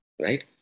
Right